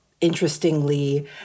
interestingly